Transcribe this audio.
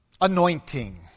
anointing